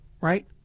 right